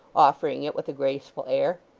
offering it with a graceful air,